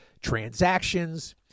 transactions